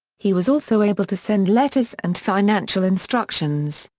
he was also able to send letters and financial instructions,